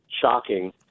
shocking